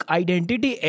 identity